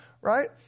right